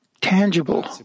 tangible